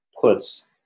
puts